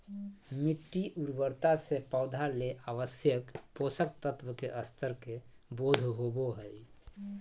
मिटटी उर्वरता से पौधा ले आवश्यक पोषक तत्व के स्तर के बोध होबो हइ